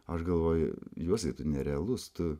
aš galvoju juozai tu nerealus tu